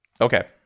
okay